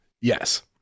Yes